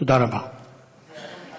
להעביר את הנושא